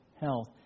health